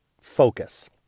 focus